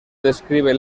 describe